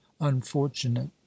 unfortunate